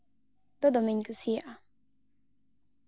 ᱫᱚ ᱫᱚᱢᱮᱧ ᱠᱩᱥᱤᱭᱟᱜᱼᱟ